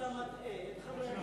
אתה מטעה את חברי הכנסת.